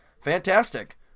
fantastic